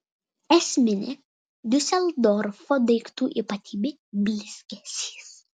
esminė diuseldorfo daiktų ypatybė blizgesys